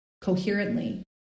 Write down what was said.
coherently